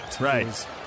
Right